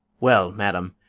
well, madam,